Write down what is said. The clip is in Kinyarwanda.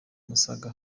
musaga